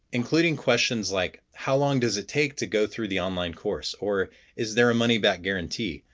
including questions like how long does it take to go through the online course? or is there a money-back guarantee.